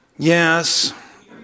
Yes